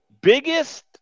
biggest